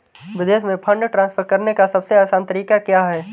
विदेश में fund transfer करने का सबसे आसान तरीका क्या है?